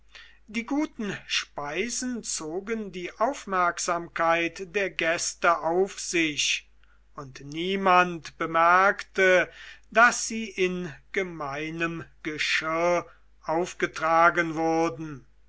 die guten speisen zogen die aufmerksamkeit der gäste auf sich und niemand bemerkte daß sie in gemeinem geschirr aufgetragen wurden